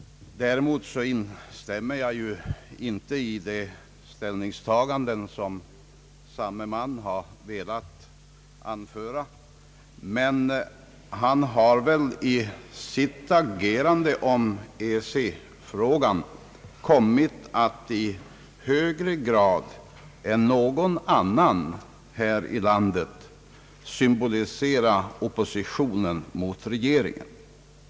Däremot instämmer jag inte i de ställningstaganden som samme man har velat ge uttryck åt. Han har emellertid i sitt agerande i EEC-frågan kommit att i högre grad än någon annan här i landet symbolisera oppositionen mot regeringen.